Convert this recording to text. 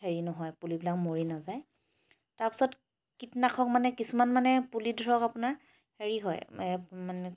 হেৰি নহয় পুলিবিলাক মৰি নাযায় তাৰ পাছত কীটনাশক কিছুমান মানে পুলিত ধৰক আপোনাৰ হেৰি হয় মানে